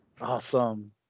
Awesome